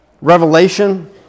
revelation